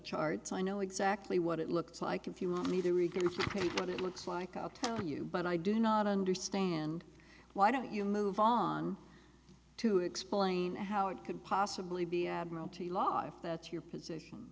charts i know exactly what it looks like if you want me to reconfirm what it looks like i'll tell you but i do not understand why don't you move on to explain how it could possibly be admiralty law if that's your position